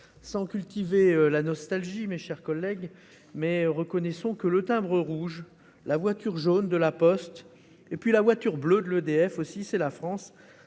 Sans cultiver la nostalgie, mes chers collègues, reconnaissons que le timbre rouge et la voiture jaune de La Poste, tout comme la voiture bleue d'EDF, c'est la France